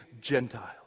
Gentiles